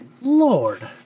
lord